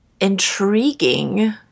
intriguing